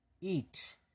eat